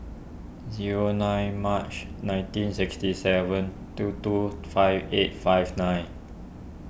zero nine March nineteen sixty seven two two five eight five nine